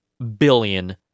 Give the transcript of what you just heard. billion